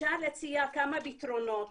אפשר להציע כמה פתרונות